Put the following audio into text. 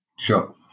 Sure